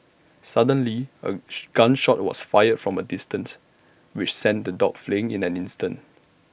suddenly A gun shot was fired from A distance which sent the dogs fleeing in an instant